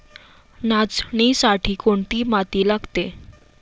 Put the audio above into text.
नाचणीसाठी कोणती माती लागते?